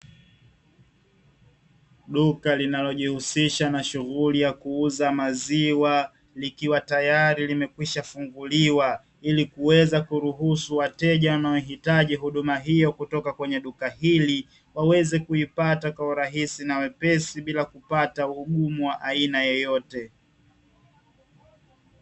Duka linalojihusisha na shughuli ya kuuza maziwa, likiwa tayari limekwisha funguliwa ili kuweza kuruhusu wateja wanaohitaji huduma hiyo kutoka kwenye duka hili; waweze kuipata kwa urahisi na wepesi bila kupata ugumu wa aina yoyote.